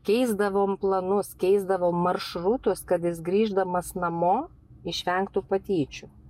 keisdavom planus keisdavom maršrutus kad jis grįždamas namo išvengtų patyčių